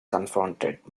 confronted